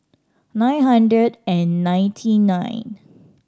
nine hundred and ninety nine